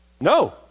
No